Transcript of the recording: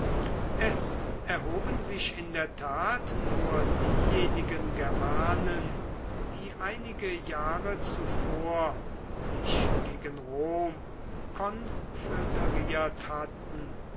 es erhoben sich in der tat nur diejenigen germanen die einige jahre zuvor sich gegen rom konföderiert hatten